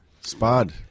Spud